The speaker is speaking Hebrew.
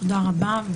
תודה רבה,